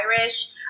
Irish